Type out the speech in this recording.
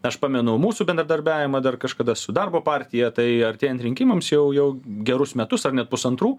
aš pamenu mūsų bendradarbiavimą dar kažkada su darbo partija tai artėjant rinkimams jau jau gerus metus ar net pusantrų